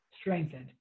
strengthened